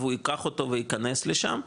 הוא ייקח אותו וייכנס לשם,